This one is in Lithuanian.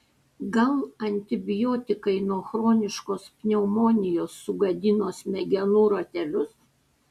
gal antibiotikai nuo chroniškos pneumonijos sugadino smegenų ratelius